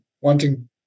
wanting